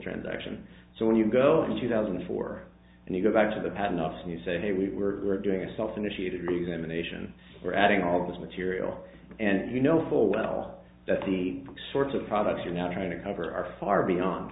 transaction so when you go in two thousand and four and you go back to the pad enough and you say hey we're doing a self initiated examination we're adding all of this material and you know full well that the sorts of products you're now trying to cover are far beyond